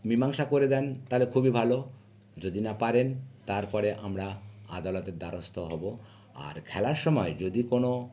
মীমাংসা করে দেন তালে খুবই ভালো যদি না পারেন তারপরে আমরা আদালতের দ্বারস্থ হবো আর খেলার সমায় যদি কোনো